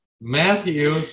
matthew